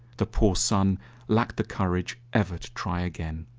the poor son lacked the courage ever to try again.